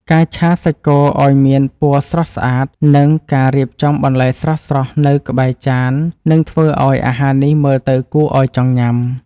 ការឆាសាច់គោឱ្យមានពណ៌ស្រស់ស្អាតនិងការរៀបចំបន្លែស្រស់ៗនៅក្បែរចាននឹងធ្វើឱ្យអាហារនេះមើលទៅគួរឱ្យចង់ញ៉ាំ។